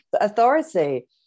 authority